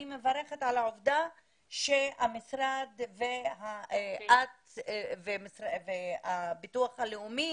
אני מברכת על העובדה שהמשרד ואת והביטוח הלאומי